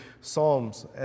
psalms